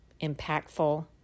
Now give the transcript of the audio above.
impactful